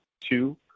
Two